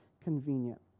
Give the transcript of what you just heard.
convenient